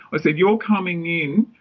i said you're coming in,